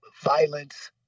violence